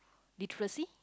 literacy